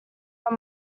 are